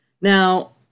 Now